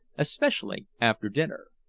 especially after dinner.